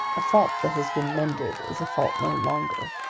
a fault that has been mended is a fault no longer.